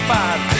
Five